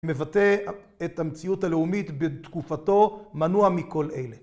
מבטא את המציאות הלאומית בתקופתו מנוע מכל אלה.